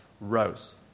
rose